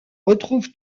retrouve